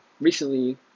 recently